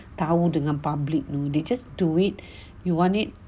tahu dengan public no they just do it you want it